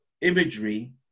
imagery